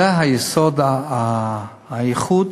זה היסוד, האיחוד